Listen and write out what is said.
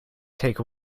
take